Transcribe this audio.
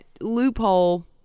loophole